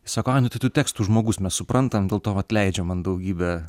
sako ai nu tai tu tekstų žmogus mes suprantam dėl to vat leidžia man daugybę